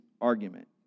argument